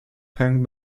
punk